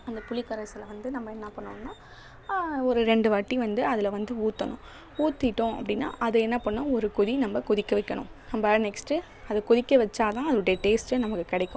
அந்த புளிக்கரைசலை வந்து நம்ப என்ன பண்ணணுன்னா ஒரு ரெண்டு வாட்டி வந்து அதில் வந்து ஊற்றணும் ஊற்றிட்டோம் அப்படின்னா அதை என்ன பண்ணுன்னா ஒரு கொதி நம்ப கொதிக்க வைக்கணும் நம்ப நெக்ஸ்ட்டு அதை கொதிக்க வச்சால் தான் அதோடைய டேஸ்ட்டே நமக்கு கிடைக்கும்